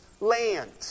land